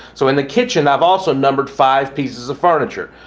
so in the kitchen i have also numbered five pieces of furniture.